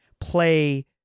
play